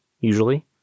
usually